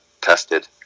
tested